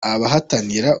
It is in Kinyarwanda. abahatanira